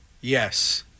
Yes